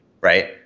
Right